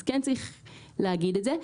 אז כן צריך לומר את זה.